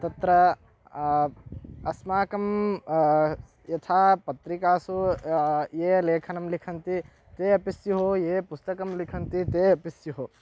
तत्र अस्माकं यथा पत्रिकासु ये लेखनं लिखन्ति ते अपि स्युः ये पुस्तकं लिखन्ति ते अपि स्युः